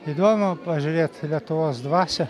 įdomu pažiūrėt į lietuvos dvasią